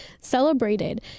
celebrated